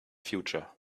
future